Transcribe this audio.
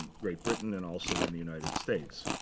great britain and also in the united states.